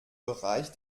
bereich